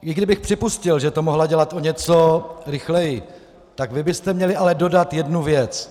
I kdybych připustil, že to mohla dělat o něco rychleji, tak vy byste měli ale dodat jednu věc.